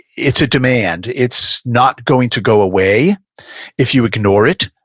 it's a demand. it's not going to go away if you ignore it.